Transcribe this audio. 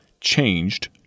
changed